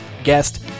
Guest